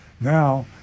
Now